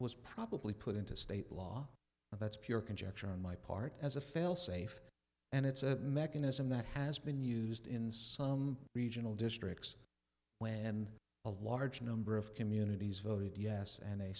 was probably put into state law and that's pure conjecture on my part as a failsafe and it's a mechanism that has been used in some regional districts when a large number of communities voted yes and a